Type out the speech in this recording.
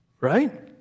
right